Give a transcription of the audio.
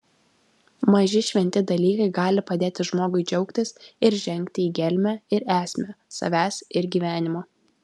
maži šventi dalykai gali padėti žmogui džiaugtis ir žengti į gelmę ir esmę savęs ir gyvenimo